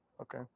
okay